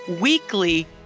weekly